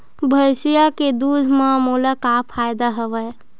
भैंसिया के दूध म मोला का फ़ायदा हवय?